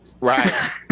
right